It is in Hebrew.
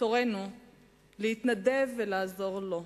תורנו להתנדב ולעזור לו.